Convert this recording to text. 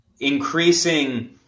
increasing